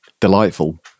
delightful